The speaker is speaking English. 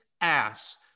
ass